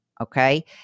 Okay